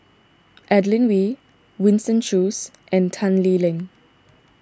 Adeline Ooi Winston Choos and Tan Lee Leng